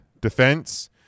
defense